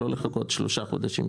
לא לחכות שלושה חודשים.